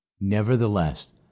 Nevertheless